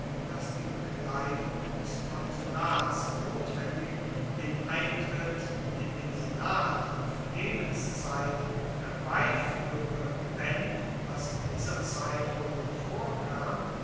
dass die bekleidung des konsulats notwendig den eintritt in den senat auf lebenszeit herbeifuehre wenn was in dieser zeit wohl noch vorkam